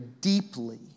deeply